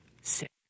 sit